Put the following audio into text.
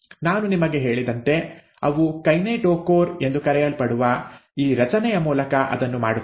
ನಾನು ನಿಮಗೆ ಹೇಳಿದಂತೆ ಅವು ಕೈನೆಟೋಕೋರ್ ಎಂದು ಕರೆಯಲ್ಪಡುವ ಈ ರಚನೆಯ ಮೂಲಕ ಅದನ್ನು ಮಾಡುತ್ತವೆ